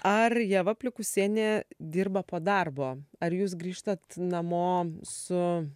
ar ieva plikusienė dirba po darbo ar jūs grįžtat namo su